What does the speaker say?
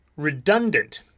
Redundant